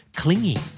clingy